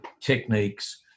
techniques